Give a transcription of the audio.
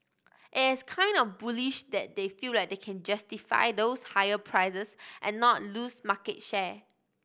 it's kind of bullish that they feel like they can justify those higher prices and not lose market share